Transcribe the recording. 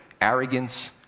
arrogance